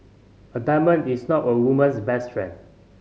a diamond is not a woman's best friend